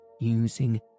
using